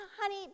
honey